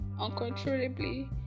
uncontrollably